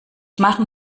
machen